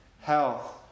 health